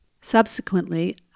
Subsequently